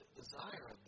desire